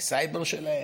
הסייבר שלהם,